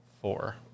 four